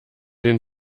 den